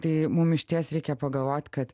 tai mum išties reikia pagalvot kad